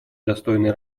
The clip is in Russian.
достойной